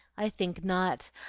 i think not.